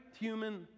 human